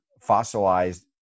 fossilized